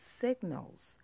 signals